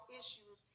issues